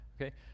okay